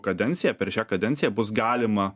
kadencija per šią kadenciją bus galima